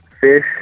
fish